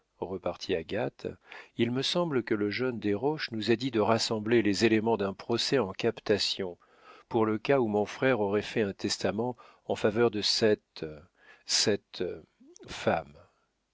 repartit agathe il me semble que le jeune desroches nous a dit de rassembler les éléments d'un procès en captation pour le cas où mon frère aurait fait un testament en faveur de cette cette femme